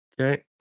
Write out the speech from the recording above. Okay